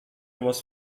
was